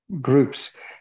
groups